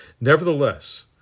Nevertheless